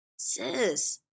Sis